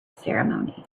ceremony